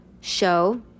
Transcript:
show